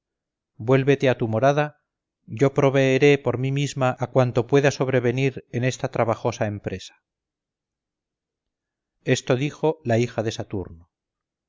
vuélvete a tu morada yo proveeré por mí misma a cuanto pueda sobrevenir en esta trabajosa empresa esto dijo la hija de saturno